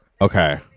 Okay